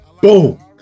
boom